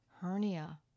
hernia